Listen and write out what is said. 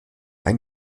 ein